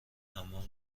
حمام